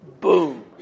Boom